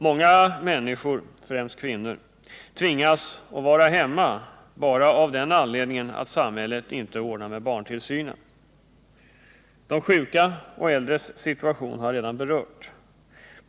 Många människor, främst kvinnor, tvingas att vara hemma bara av den anledningen att samhället inte ordnat med barntillsynen. De sjukas och äldres situation har jag redan berört.